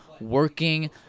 working